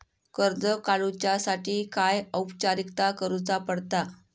कर्ज काडुच्यासाठी काय औपचारिकता करुचा पडता?